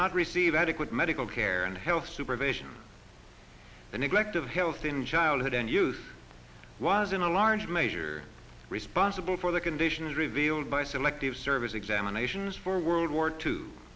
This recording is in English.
not receive adequate medical care and health supervision the neglect of health in childhood and youth was in a large measure responsible for the conditions revealed by selective service examinations for world war two